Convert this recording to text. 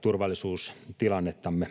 turvallisuustilannettamme.